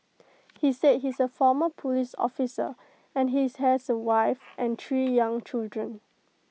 he said he's A former Police officer and he is has A wife and three young children